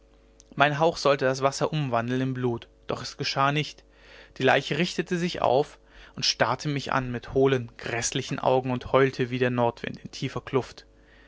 mein hauch sollte das wasser umwandeln in blut doch geschah es nicht die leiche richtete sich auf und starrte mich an mit hohlen gräßlichen augen und heulte wie der nordwind in tiefer kluft